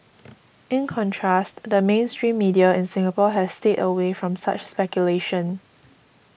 in contrast the mainstream media in Singapore has stayed away from such speculation